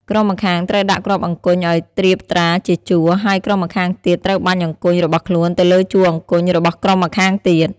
ក្រុមម្ខាងត្រូវដាក់គ្រាប់អង្គញ់ឲ្យត្រៀបត្រាជាជួរ ហើយក្រុមម្ខាងទៀតត្រូវបាញ់អង្គញ់របស់ខ្លួនទៅលើជួរអង្គញ់របស់ក្រុមម្ខាងទៀត។